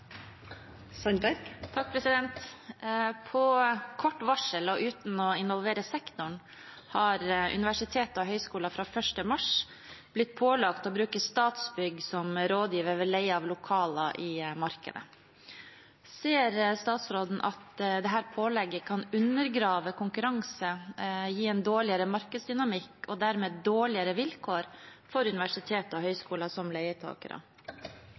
kort varsel og uten å bli involvert i forkant er universiteter og høgskoler fra 1. mars av pålagt å bruke Statsbygg som rådgiver ved leie av lokaler i markedet. Ser statsråden at dette undergraver konkurranse, og gir dårligere markedsdynamikk, og dermed dårligere vilkår for universiteter og høgskoler som leietakere?»